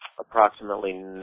approximately